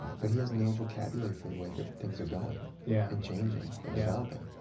but he has no vocabulary for the way that things are going yeah and changing and yeah developing.